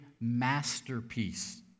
masterpiece